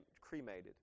cremated